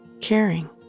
caring